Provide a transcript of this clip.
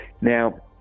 now